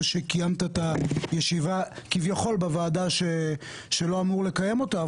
שאתה מקיים ישיבה בוועדה שאתה לא אמור לקיים אותה בה.